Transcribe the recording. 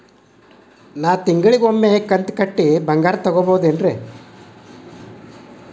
ನಾ ತಿಂಗಳಿಗ ಒಮ್ಮೆ ಕಂತ ಕಟ್ಟಿ ಬಂಗಾರ ತಗೋಬಹುದೇನ್ರಿ?